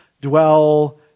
dwell